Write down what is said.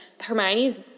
hermione's